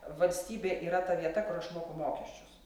valstybė yra ta vieta kur aš moku mokesčius